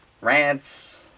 rants